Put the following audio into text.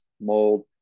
mold